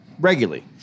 regularly